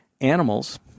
Animals